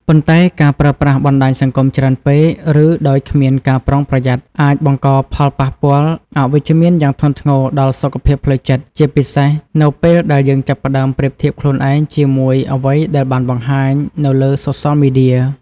ប៉ុន្តែ ការប្រើប្រាស់បណ្ដាញសង្គមច្រើនពេក ឬដោយគ្មានការប្រុងប្រយ័ត្នអាចបង្កផលប៉ះពាល់អវិជ្ជមានយ៉ាងធ្ងន់ធ្ងរដល់សុខភាពផ្លូវចិត្ត ជាពិសេសនៅពេលដែលយើងចាប់ផ្ដើមប្រៀបធៀបខ្លួនឯងជាមួយអ្វីដែលបានបង្ហាញនៅសូសលមេឌៀ។